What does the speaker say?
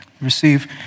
receive